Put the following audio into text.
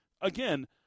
again